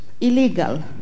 illegal